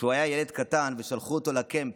כשהוא היה ילד קטן ושלחו אותו ל-camp,